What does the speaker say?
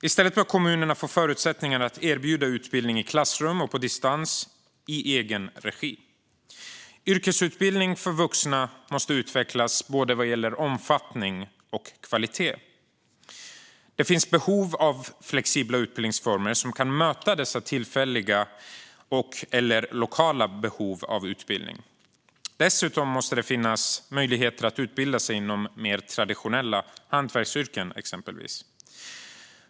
I stället bör kommunerna få förutsättningar att erbjuda utbildning i klassrum och på distans i egen regi. Yrkesutbildning för vuxna måste utvecklas vad gäller både omfattning och kvalitet. Det finns behov av flexibla utbildningsformer som kan möta dessa tillfälliga eller lokala behov av utbildning. Dessutom måste det finnas möjligheter att utbilda sig för mer traditionella hantverksyrken, exempelvis.